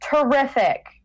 terrific